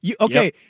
Okay